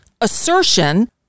assertion